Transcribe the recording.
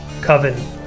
Coven